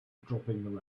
dropping